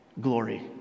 glory